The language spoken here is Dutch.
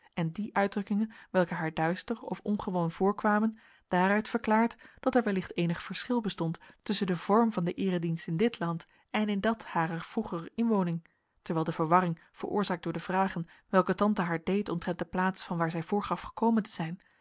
en die uitdrukkingen welke haar duister of ongewoon voorkwamen daaruit verklaard dat er wellicht eenig verschil bestond tusschen den vorm van den eeredienst in dit land en in dat harer vroegere inwoning terwijl de verwarring veroorzaakt door de vragen welke tante haar deed omtrent de plaats van waar zij voorgaf gekomen te zijn